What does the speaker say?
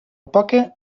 poca